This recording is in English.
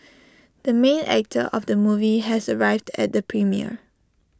the main actor of the movie has arrived at the premiere